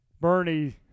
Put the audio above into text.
Bernie